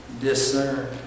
Discern